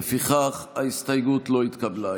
לפיכך ההסתייגות לא התקבלה.